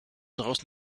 draußen